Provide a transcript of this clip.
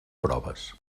proves